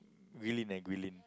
Guilin eh Guilin